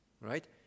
right